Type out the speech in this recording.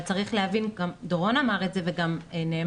אבל צריך להבין גם דורון אמר את זה וזה גם נאמר